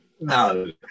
No